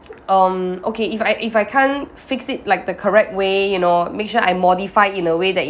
um okay if I if I can't fix it like the correct way you know make sure I modify it in a way that it